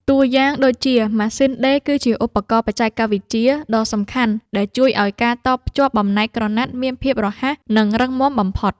តួយ៉ាងដូចជា ម៉ាស៊ីនដេរគឺជាឧបករណ៍បច្ចេកវិទ្យាដ៏សំខាន់ដែលជួយឱ្យការតភ្ជាប់បំណែកក្រណាត់មានភាពរហ័ស និងរឹងមាំបំផុត។